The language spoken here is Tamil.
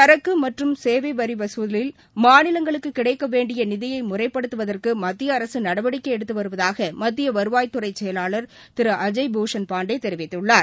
சரக்கு மற்றும் சேவை வரி வசூலில் மாநிங்களுக்குக் கிடைக்க வேண்டிய நிதியை முறைப்படுத்துவதற்கு மத்திய அரசு நடவடிக்கை எடுத்து வருவதாக மத்திய வருவாய்த்துறை செயலாளர் திரு அஜய்பூஷன் பாண்டே தெரிவித்துள்ளார்